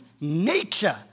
nature